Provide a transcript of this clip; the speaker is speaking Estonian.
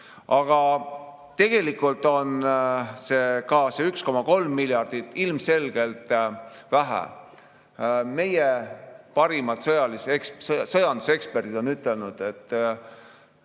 aga tegelikult on ka see 1,3 miljardit ilmselgelt vähe. Meie parimad sõjanduseksperdid on öelnud, et